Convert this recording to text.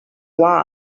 why